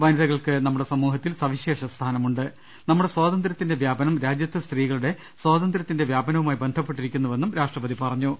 വനിതകൾക്ക് നമ്മുടെ സമൂഹത്തിൽ സവിശേഷ സ്ഥാനമുണ്ട് നമ്മുടെ സ്വാതന്ത്ര്യത്തി ന്റെ വ്യാപനം രാജ്യത്തെ സ്ത്രീകളുടെ സ്വാതന്ത്യത്തിന്റെ വ്യാപനവുമായി ബന്ധപ്പെട്ടിരിക്കുന്നുവെന്നും രാഷ്ട്രപതി പറഞ്ഞു